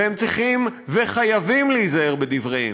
והם צריכים וחייבים להיזהר בדבריהם,